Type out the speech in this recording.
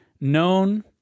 known